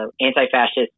anti-fascist